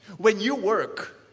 when you work,